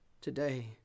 today